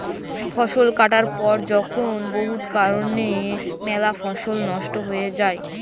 ফসল কাটার পর যখল বহুত কারলে ম্যালা ফসল লস্ট হঁয়ে যায়